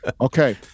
Okay